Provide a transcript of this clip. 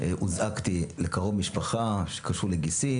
הוזעקתי לקרוב משפחה שקשור לגיסי,